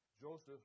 Joseph